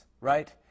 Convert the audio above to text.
right